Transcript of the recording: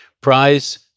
Prize